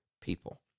people